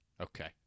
Okay